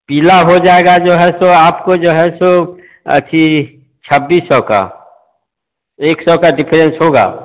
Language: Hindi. पीला हो जाएगा जो है सो आपको जो है सो अच्छी छब्बीस सौ का एक सौ का दिफ्फ्रेंस होगा